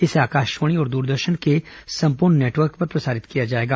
इसे आकाशवाणी और द्रदर्शन के संपूर्ण नेटवर्क पर प्रसारित किया जायेगा